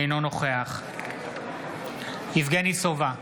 אינו נוכח יבגני סובה,